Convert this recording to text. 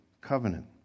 covenant